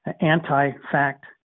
anti-fact